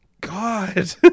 God